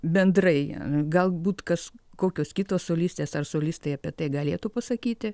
bendrai galbūt kas kokios kitos solistės ar solistai apie tai galėtų pasakyti